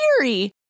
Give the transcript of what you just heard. theory